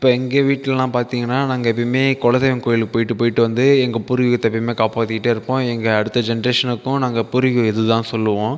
இப்போ எங்கள் வீட்டிலலாம் பார்த்தீங்கன்னா நாங்கள் எப்பையும் குலதெய்வம் கோயிலுக்கு போய்ட்டு போய்ட்டு வந்து எங்கள் பூர்வீகத்தை எப்பையும் காப்பாற்றிட்டே இருப்போம் எங்கள் அடுத்த ஜெனரேஷனுக்கும் நாங்கள் பூர்வீகம் இதுதான் சொல்லுவோம்